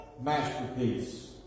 masterpiece